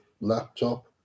laptop